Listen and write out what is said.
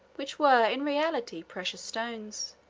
which were, in reality, precious stones.